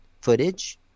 footage